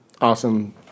awesome